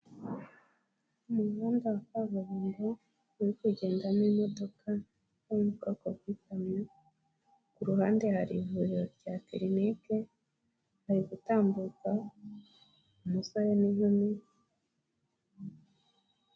Umuhanda wa kaburimbo uri kugendamo imodoka yo mu bwoko bw'ikamyo, ku ruhande hari ivuriro rya kirinike hari gutambuka umusore n'inkumi.